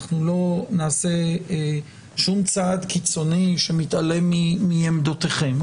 אנחנו לא נעשה שום צעד קיצוני שמתעלם מעמדותיכם.